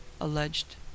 alleged